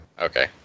Okay